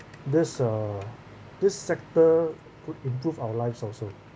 this uh this sector could improve our lives also